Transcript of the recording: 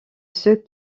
ceux